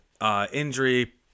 injury